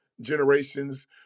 generations